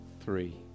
three